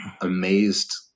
amazed